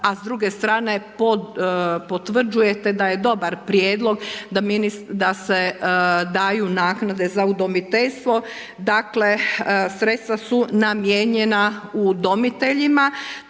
a s druge strane, potvrđujete da je dobar prijedlog da se daju naknade za udomiteljstvo. Dakle, sredstva su namijenjena udomiteljima.